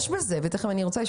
יש בזה היגיון.